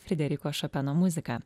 frederiko šopeno muzika